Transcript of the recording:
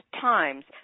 times